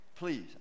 Please